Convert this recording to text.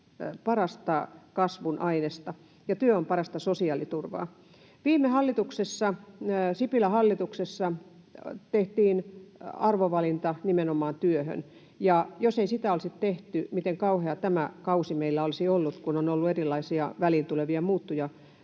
parasta kasvun ainesta, ja työ on parasta sosiaaliturvaa. Viime hallituksessa, Sipilän hallituksessa, tehtiin arvovalinta nimenomaan työhön, ja jos ei sitä olisi tehty, miten kauhea tämä kausi meillä olisi ollut, kun on ollut erilaisia väliin tulevia muuttujia,